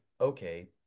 okay